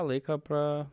laiką pra